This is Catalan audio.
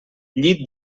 llit